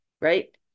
Right